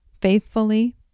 faithfully